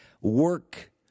work